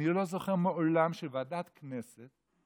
אני לא זוכר מעולם שוועדת כנסת,